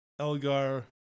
Elgar